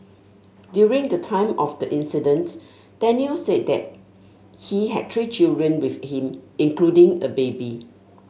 during the time of the incident Daniel say that he had three children with him including a baby